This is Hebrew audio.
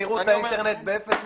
ואם נאט את מהירות האינטרנט ב-0.001?